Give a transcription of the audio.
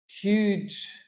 huge